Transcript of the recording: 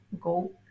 go